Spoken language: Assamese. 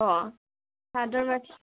অঁ চাদৰ মেখেলা